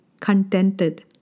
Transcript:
contented